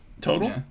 total